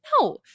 no